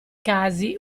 casi